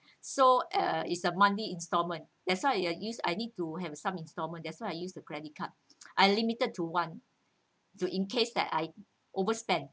so uh it's a monthly instalment that's why I used I need to have some instalment that's why I used the credit card I limited it to one to in case that I overspend